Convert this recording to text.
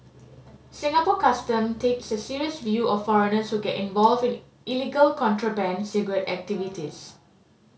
Singapore Custom takes a serious view of foreigners who get involved in illegal contraband cigarette activities